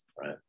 right